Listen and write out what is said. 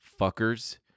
Fuckers